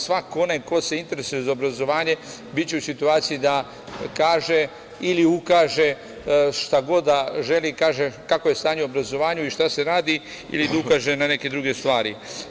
Svako onaj ko se interesuje za obrazovanje biće u situaciji da kaže ili ukaže šta god da želi, kaže kakvo je stanje u obrazovanju i šta se radi ili da ukaže na neke druge stvari.